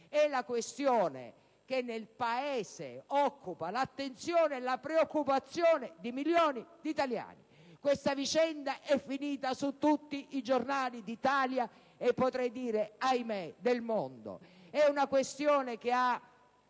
È la questione che nel Paese occupa l'attenzione e la preoccupazione di milioni di italiani. Questa vicenda è finita su tutti i giornali d'Italia e potrei dire - ahimè! - del mondo. È una questione che ha